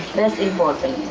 that's important.